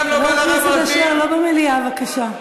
לרב ראשי, חבר הכנסת אשר, לא במליאה, בבקשה.